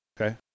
Okay